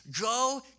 go